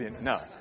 No